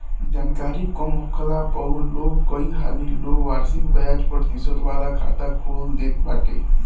जानकरी कम होखला पअ लोग कई हाली लोग वार्षिक बियाज प्रतिशत वाला खाता खोल देत बाटे